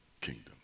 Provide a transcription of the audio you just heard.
kingdom